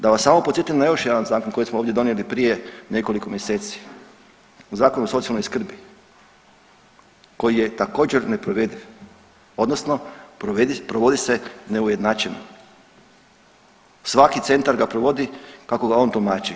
Da vas samo podsjetim na još jedan zakon koji smo ovdje donijeli prije nekoliko mjeseci, Zakon o socijalnoj skrbi koji je također neprovediv odnosno provodi se neujednačeno, svaki centar ga provodi kako ga on tumači.